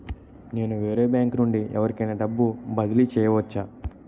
నేను వేరే బ్యాంకు నుండి ఎవరికైనా డబ్బు బదిలీ చేయవచ్చా?